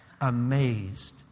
Amazed